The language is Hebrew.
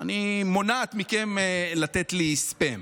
אני מונעת מכם לתת לי ספאם.